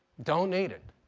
don't need it.